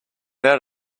out